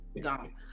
gone